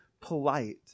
polite